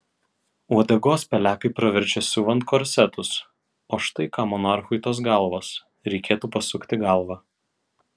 uodegos pelekai praverčia siuvant korsetus o štai kam monarchui tos galvos reikėtų pasukti galvą